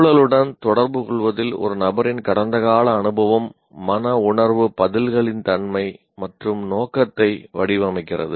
சூழலுடன் தொடர்புகொள்வதில் ஒரு நபரின் கடந்த கால அனுபவம் மனவுணர்வு பதில்களின் தன்மை மற்றும் நோக்கத்தை வடிவமைக்கிறது